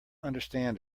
understand